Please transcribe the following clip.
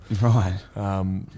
Right